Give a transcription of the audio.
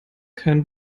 kein